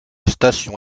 station